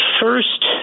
first